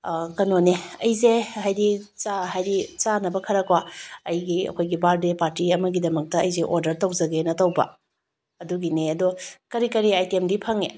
ꯀꯩꯅꯣꯅꯦ ꯑꯩꯁꯦ ꯍꯥꯏꯗꯤ ꯆꯥ ꯍꯥꯏꯗꯤ ꯆꯥꯅꯕ ꯈꯔ ꯀꯣ ꯑꯩꯒꯤ ꯑꯩꯈꯣꯏꯒꯤ ꯕꯥꯔꯗꯦ ꯄꯥꯔꯇꯤ ꯑꯃꯒꯤꯗꯃꯛꯇ ꯑꯩꯁꯦ ꯑꯣꯔꯗꯔ ꯇꯧꯖꯒꯦꯅ ꯇꯧꯕ ꯑꯗꯨꯒꯤꯅꯦ ꯑꯗꯣ ꯀꯔꯤ ꯀꯔꯤ ꯑꯥꯏꯇꯦꯝꯗꯤ ꯐꯪꯏ